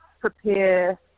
prepare